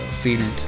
field